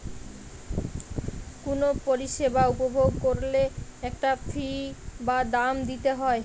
কুনো পরিষেবা উপভোগ কোরলে একটা ফী বা দাম দিতে হই